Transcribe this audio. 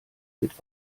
mit